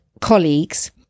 colleagues